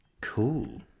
Cool